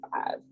five